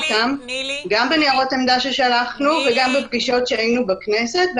גם בניירות עמדה ששלחנו וגם בפגישות שהיינו בכנסת,